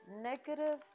negative